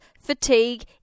fatigue